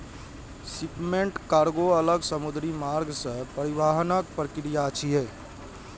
shipment कार्गों अलग समुद्री मार्ग सं परिवहनक प्रक्रिया छियै